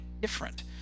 different